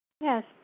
Yes